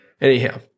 Anyhow